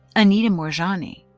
anita moorjani,